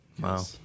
Wow